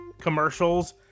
commercials